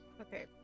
Okay